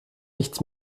nichts